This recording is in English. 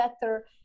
better